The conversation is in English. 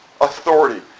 authority